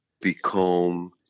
become